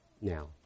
now